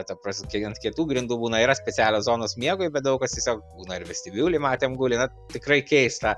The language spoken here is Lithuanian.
ta pras kiek ant kietų grindų būna yra specialios zonos miegui bet daug kas tiesiog būna ir vestibiuly matėm guli na tikrai keista